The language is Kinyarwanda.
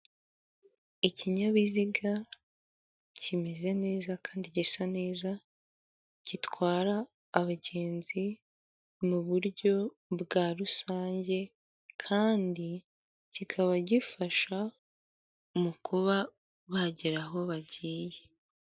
Ikinyabiziga kimeze neza kandi gisa neza gitwara abagenzi mu buryo bwa rusange, kandi kikaba gifasha mu kuba bagera aho bagiye.